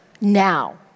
now